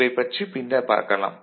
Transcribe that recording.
இவைப் பற்றி பின்னர் பார்க்கலாம்